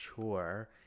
chore